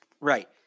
Right